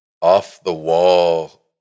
off-the-wall